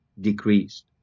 decreased